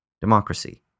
democracy